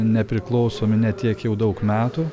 nepriklausomi ne tiek jau daug metų